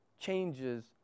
changes